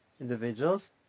individuals